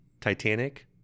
Titanic